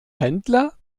händler